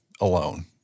alone